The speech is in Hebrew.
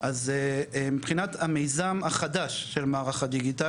אז מבחינת המיזם החדש של מערך הדיגיטל,